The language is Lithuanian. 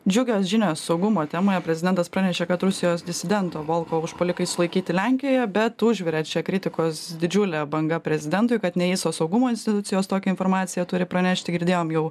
džiugios žinios saugumo tema ir prezidentas pranešė kad rusijos disidento volkovo užpuolikai sulaikyti lenkijoje bet užvirė čia kritikos didžiulė banga prezidentui kad ne jis o saugumo institucijos tokią informaciją turi pranešti girdėjom jau